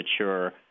mature